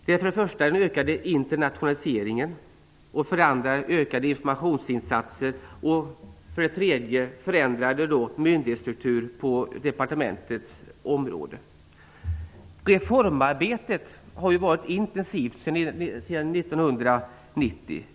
Det är för det första den ökade internationaliseringen, för det andra ökade informationsinsatser och för det tredje förändrad myndighetsstruktur på departementets område. Reformarbetet har ju varit intensivt sedan 1990.